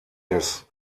des